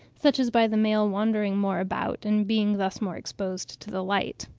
such as by the male wandering more about, and being thus more exposed to the light.